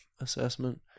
assessment